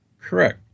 Correct